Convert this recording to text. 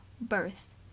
birth